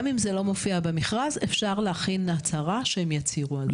גם אם זה לא מופיע במכרז אפשר להכין הצהרה שהם יצהירו על זה.